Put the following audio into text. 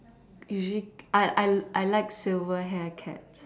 I I I like silver hair cats